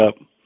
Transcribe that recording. up